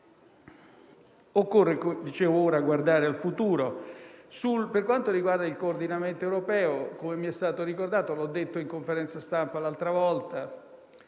Occorre ora guardare al futuro. Per quanto riguarda il coordinamento europeo, come mi è stato ricordato - l'ho detto in conferenza stampa l'altra volta